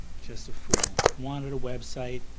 just a fool. wanted a website,